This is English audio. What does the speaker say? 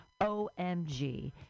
OMG